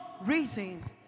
reason